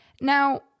Now